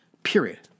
Period